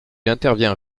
intervient